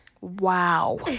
Wow